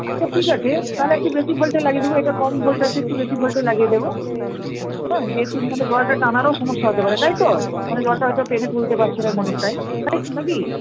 আচ্ছা ঠিক আছে তাহলে একটু বেশি ভোল্টের লাগিয়ে দেবো এইটা কম ভোল্ট আছে একটু বেশি ভোল্টের লাগিয়ে দেবো হ্যাঁ যেহেতু না হলে জলটা টানারও সমস্যা হতে পারে তাই তো মানে জলটা হয়তো টেনে তুলতে পারছে না মোটরটাই তাই তো না কি